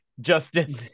justice